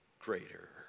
greater